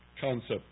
concept